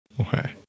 Okay